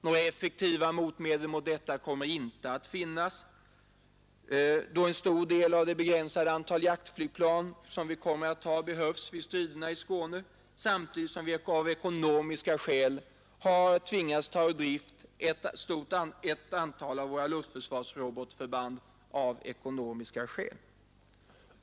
Några effektiva motmedel mot detta kommer inte att finnas, då en stor del av det begränsade antal jaktflygplan som vi kommer att ha behövs vid striderna i Skåne, samtidigt som vi av ekonomiska skäl tvingats ta ur drift ett antal av våra luftförsvarsrobotförband.